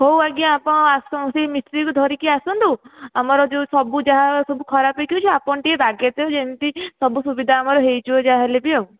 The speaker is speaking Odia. ହେଉ ଆଜ୍ଞା ଆପଣ ଆସନ୍ତି ସେ ମିସ୍ତ୍ରୀକୁ ଧରିକି ଆସନ୍ତୁ ଆମର ଯେଉଁ ସବୁ ଯାହା ସବୁ ଖରାପ ହୋଇଛି ଆପଣ ଟିକେ ବାଗେଇ ଦେବେ ଯେମିତି ସବୁ ସୁବିଧା ଆମର ହୋଇଯିବ ଯାହା ହେଲେ ବି ଆଉ